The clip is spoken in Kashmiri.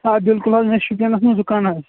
آ بالکُل حظ مےٚ چُھ شُپینَس منٛز دُکان حظ